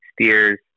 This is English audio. steers